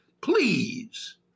Please